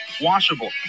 washable